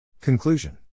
Conclusion